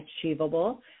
achievable